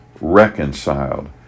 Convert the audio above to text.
reconciled